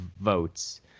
votes